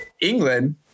England